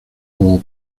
como